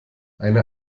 eine